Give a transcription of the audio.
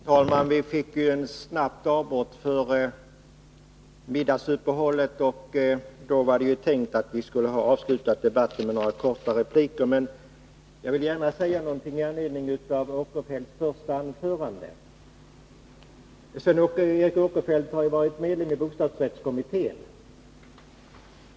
Fru talman! Det blev ett snabbt avbrott i debatten före middagsuppehållet, då det var tänkt att vi skulle avsluta den med några repliker. Jag vill nu gärna säga något med anledning av Sven Eric Åkerfeldts första anförande. Sven Eric Åkerfeldt har varit medlem i bostadsrättskommittén.